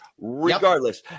Regardless